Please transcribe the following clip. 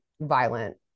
violent